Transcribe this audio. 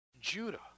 Judah